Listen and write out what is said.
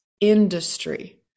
industry